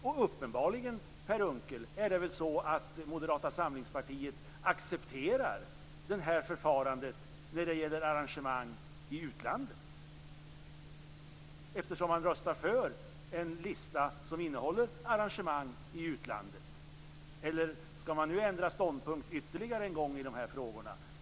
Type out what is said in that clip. Och uppenbarligen, Per Unckel, är det så att Moderata samlingspartiet accepterar det här förfarandet när det gäller arrangemang i utlandet. Man röstar ju för en lista som innehåller arrangemang i utlandet. Eller skall man nu ändra ståndpunkt ytterligare en gång i de här frågorna?